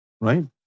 right